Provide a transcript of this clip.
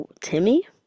Timmy